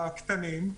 הקטנים,